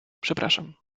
przepraszam